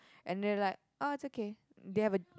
and they are like orh it's okay they have a